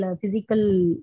physical